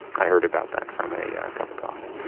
i heard about that from a ah cup of coffee.